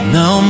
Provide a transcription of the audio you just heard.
no